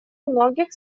многих